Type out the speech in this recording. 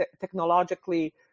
technologically